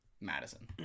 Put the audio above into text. Madison